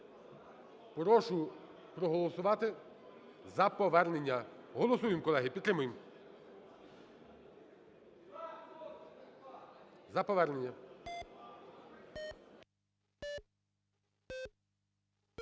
Прошу проголосувати за повернення. Голосуємо, колеги, підтримуємо. За повернення.